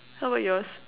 how about yours